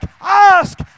ask